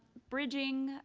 bridging.